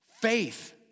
faith